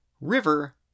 river